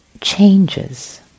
changes